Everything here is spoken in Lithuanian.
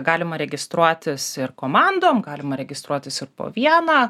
galima registruotis ir komandom galima registruotis ir po vieną